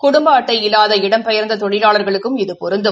குடும்ப அட்டை இல்லாத இடம்பெயாந்த தொழிலாளா்களுக்கும் இது பொருந்தும்